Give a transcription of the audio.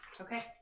Okay